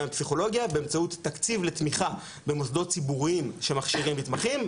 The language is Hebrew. לפסיכולוגיה באמצעות תקציב לתמיכה במוסדות ציבוריים שמכשירים מתמחים.